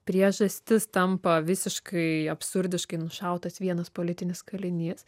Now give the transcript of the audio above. priežastis tampa visiškai absurdiškai nušautas vienas politinis kalinys